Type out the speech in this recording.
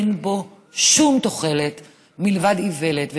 אין בו שום תוחלת מלבד איוולת,